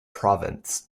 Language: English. province